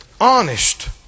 Honest